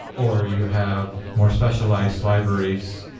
or you have more specialized libraries,